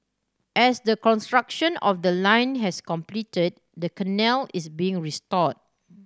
as the construction of the line has completed the canal is being restored